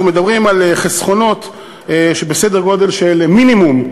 אנחנו מדברים על חסכונות בסדר גודל של מינימום,